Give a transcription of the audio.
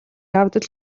явдал